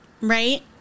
right